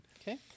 Okay